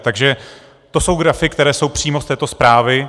Takže to jsou grafy, které jsou přímo z této zprávy.